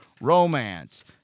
romance